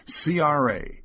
CRA